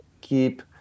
keep